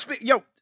yo